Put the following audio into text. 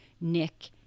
Nick